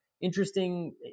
interesting